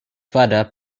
father